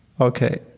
Okay